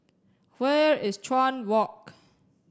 where is Chuan Walk